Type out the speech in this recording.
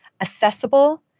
accessible